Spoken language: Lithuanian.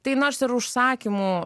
tai nors ir užsakymų